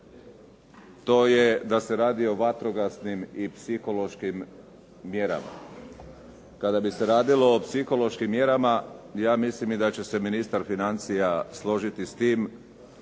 to je da se radi o vatrogasnim i psihološkim mjerama. Kada bi se radimo o psihološkim mjerama, ja mislim i da će se ministar financija složiti s tim,